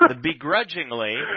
begrudgingly